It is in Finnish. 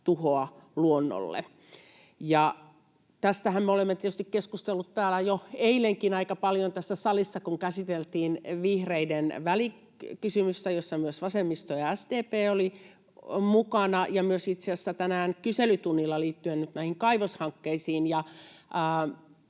tuhoa luonnolle. Tästähän me olemme tietysti keskustelleet jo eilenkin aika paljon täällä tässä salissa, kun käsiteltiin vihreiden välikysymystä, jossa myös vasemmisto ja SDP olivat mukana, ja myös itse asiassa tänään kyselytunnilla liittyen nyt näihin kaivoshankkeisiin.